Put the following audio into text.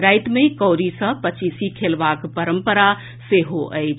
राति मे कौड़ी सँ पचीसी खेलएबाक परंपरा सेहो अछि